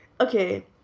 okay